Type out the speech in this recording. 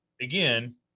again